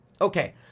Okay